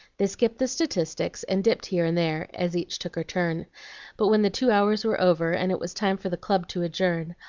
they skipped the statistics, and dipped here and there as each took her turn but when the two hours were over, and it was time for the club to adjourn,